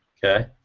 okay.